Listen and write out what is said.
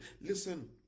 Listen